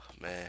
man